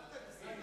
אל תגזים.